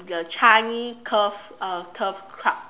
the Changi curve uh turf club